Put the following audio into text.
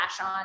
on